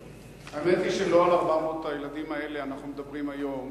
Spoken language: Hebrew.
האמת היא שלא על 400 הילדים האלה אנחנו מדברים היום,